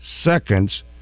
seconds